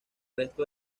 resto